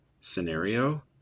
scenario